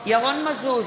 ירון מזוז,